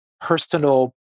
personal